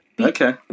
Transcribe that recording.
Okay